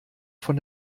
von